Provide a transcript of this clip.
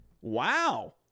Wow